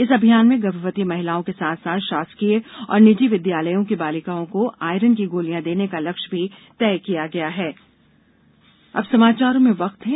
इस अभियान में गर्भवती महिलाओं के साथ साथ षासकीय और निजी विद्यालयों की बालिकाओं को आयरन की गोलियां देने का लक्ष्य भी तय किया गया है